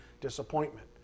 disappointment